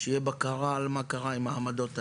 שתהיה בקרה על מה שקרה עם העמדות האלה.